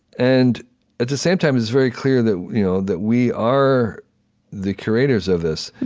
and at the same time, it's very clear that you know that we are the curators of this.